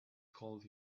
called